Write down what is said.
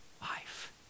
life